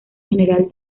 general